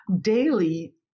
daily